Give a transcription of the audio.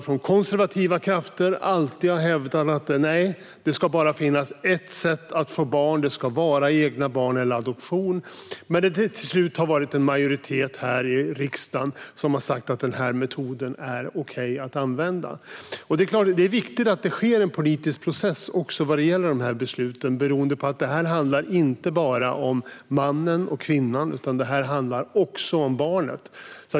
Från konservativa krafter har man alltid hävdat att det bara ska finnas ett sätt att få barn: det ska vara egna barn eller adoption. Men till slut har det varit en majoritet här i riksdagen som har sagt att metoden är okej att använda. Det är viktigt att det sker en politisk process också vad gäller de här besluten beroende på att det inte bara handlar om mannen och kvinnan utan också om barnet.